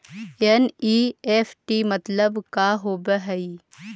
NEFT मतलब का होब हई?